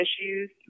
issues